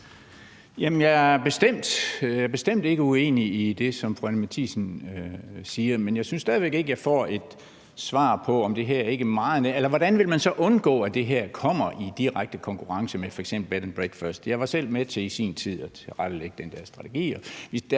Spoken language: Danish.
Jeg er bestemt ikke uenig i det, som fru Anni Matthiesen siger. Men jeg synes stadig væk ikke, at jeg har fået svar på, hvordan man så vil undgå, at det her kommer i direkte konkurrence med f.eks. bed and breakfast. Jeg var i sin tid selv med til at tilrettelægge den der strategi,